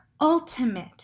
ultimate